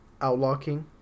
Outlocking